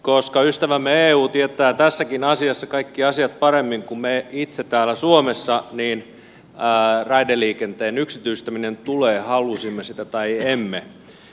koska ystävämme eu tietää tässäkin asiassa kaikki asiat paremmin kuin me itse täällä suomessa niin raideliikenteen yksityistäminen tulee halusimme sitä tai emme